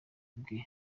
bwe